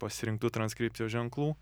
pasirinktų transkripcijos ženklų